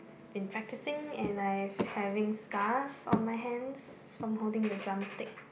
been practicing and I've having scars on my hands from holding the drumstick